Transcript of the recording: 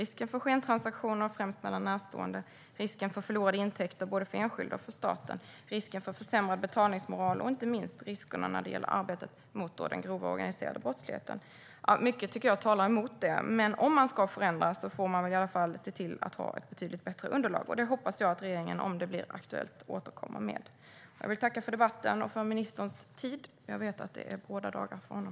Risken för skentransaktioner mellan främst närstående, risken för förlorade intäkter både för enskilda och för staten, risken för försämrad betalningsmoral och inte minst risken när det gäller arbetet mot den grova organiserade brottsligheten är sådana argument. Jag tycker att mycket talar emot det, men om man ska förändra får man väl i alla fall se till att ha ett betydligt bättre underlag. Det hoppas jag att regeringen, om det blir aktuellt, återkommer med. Jag vill tacka för debatten och för ministerns tid. Jag vet att det är bråda dagar för honom.